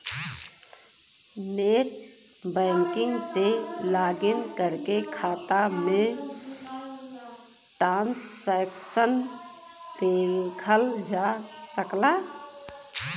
net banking से login करके खाता में ट्रांसैक्शन देखल जा सकला